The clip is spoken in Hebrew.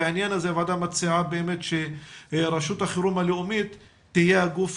בעניין הזה הוועדה מציעה שרשות החירום הלאומית תהיה הגוף